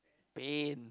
pain